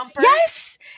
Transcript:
Yes